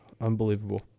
Unbelievable